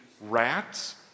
rats